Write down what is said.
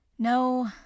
No